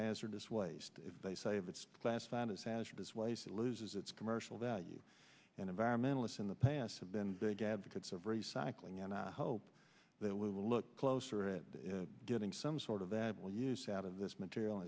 hazardous waste they say if it's classified as hazardous waste it loses its commercial value and environmentalist in the past have been big advocates of recycling and i hope that we will look closer at getting some sort of that we'll use out of this material